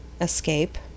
escape